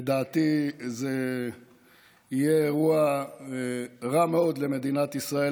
לדעתי זה יהיה אירוע רע מאוד למדינת ישראל,